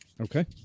okay